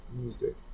Music